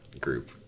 group